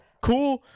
cool